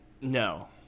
No